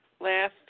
last